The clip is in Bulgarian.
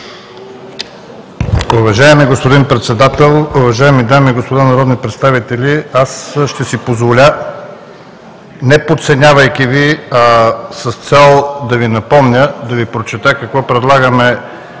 Уважаеми господин Председател, уважаеми дами и господа народни представители! Аз ще си позволя – неподценявайки Ви, а с цел да Ви напомня, да Ви прочета какво предлагаме